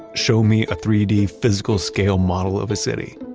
show me a three d physical scale model of a city.